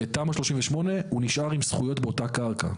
בתמ"א 38 הוא נשאר עם זכויות באותה קרקע.